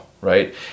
Right